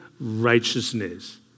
righteousness